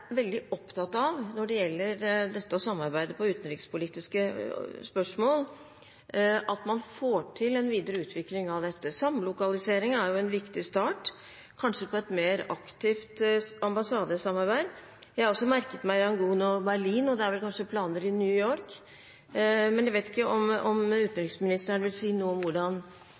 opptatt av å få til en videreutvikling når det gjelder dette med å samarbeide rundt utenrikspolitiske spørsmål. Samlokalisering er jo en viktig start, kanskje på et mer aktivt ambassadesamarbeid. Jeg har også merket meg Yangon og Berlin, og det er vel kanskje planer i New York, men jeg vet ikke om utenriksministeren vil si noe om hvordan